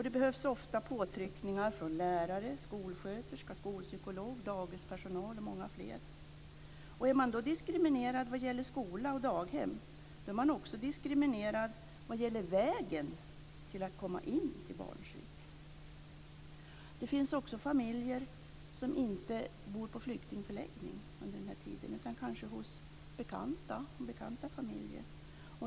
Det behövs ofta påtryckningar från lärare, skolsköterska, skolpsykolog, dagispersonal och många fler. Är man diskriminerad vad gäller skola och daghem är man också diskriminerad vad gäller vägen in till barnpsyk. Det finns också familjer som inte bor på flyktingförläggning under den här tiden utan kanske hos bekanta.